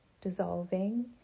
dissolving